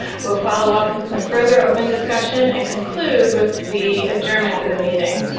we'll follow up with some further open discussion and conclude with the adjournment for the meeting.